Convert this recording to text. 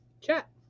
chat